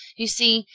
you see,